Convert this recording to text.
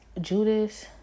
Judas